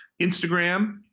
instagram